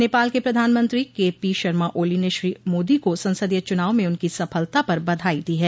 नेपाल के प्रधानमंत्री के पी शर्मा ओली ने श्री मोदी को संसदीय चुनाव में उनकी सफलता पर बधाई दी है